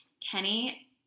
Kenny